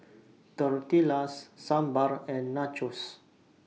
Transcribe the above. Tortillas Sambar and Nachos